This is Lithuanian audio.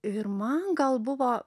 ir man gal buvo